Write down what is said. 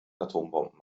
atombomben